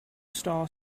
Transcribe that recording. star